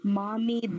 mommy